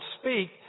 speak